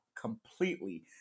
completely